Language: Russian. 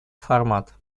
формат